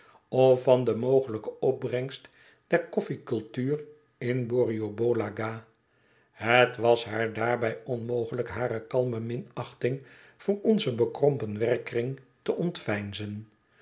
of van de mogelijke opbrengst der koffiecultuur in b o r rioboola gha het was haar daarbij onmogelijk hare kalme minachting voor onzen bekrompen werkkring te ontveinzen